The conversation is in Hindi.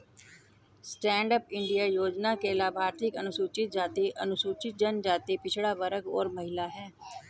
स्टैंड अप इंडिया योजना के लाभार्थी अनुसूचित जाति, अनुसूचित जनजाति, पिछड़ा वर्ग और महिला है